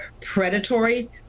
predatory